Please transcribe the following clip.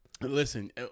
Listen